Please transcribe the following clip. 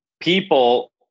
People